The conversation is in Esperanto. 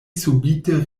subite